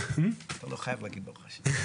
הרבה יותר מאשר במדינות מערביות אחרות.